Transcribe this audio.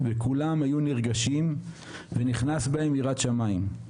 וכולם היו נרגשים ונכנסה בהם יראת שמיים.